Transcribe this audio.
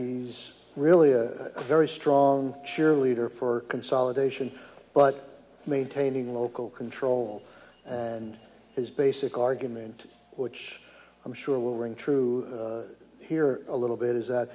he's really a very strong cheerleader for consolidation but maintaining local control and his basic argument which i'm sure will ring true here a little bit is that